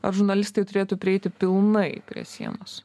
ar žurnalistai turėtų prieiti pilnai prie sienos